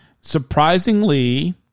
surprisingly